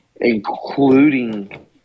including